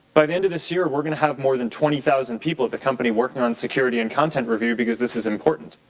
by the end of this year we'll have more than twenty thousand people at the company working on security and content review because this is important.